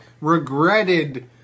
regretted